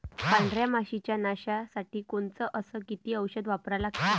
पांढऱ्या माशी च्या नाशा साठी कोनचं अस किती औषध वापरा लागते?